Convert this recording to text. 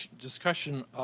discussion